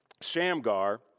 Shamgar